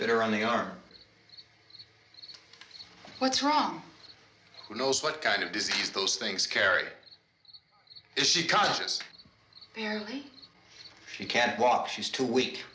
that are on the arm what's wrong who knows what kind of disease those things carry is she conscious barely she can't walk she's too we